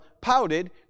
pouted